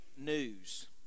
news